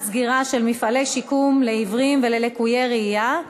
סגירה של מפעלי שיקום לעיוורים וללקויי ראייה,